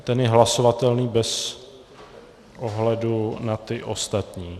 Ten je hlasovatelný bez ohledu na ty ostatní.